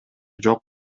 жок